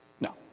No